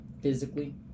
physically